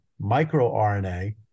microRNA